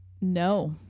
no